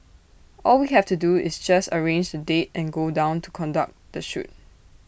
all we have to do is just arrange the date and go down to conduct the shoot